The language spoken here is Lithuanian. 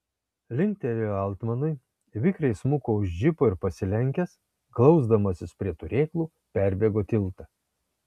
linktelėjo altmanui vikriai smuko už džipo ir pasilenkęs glausdamasis prie turėklų perbėgo tiltą